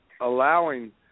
allowing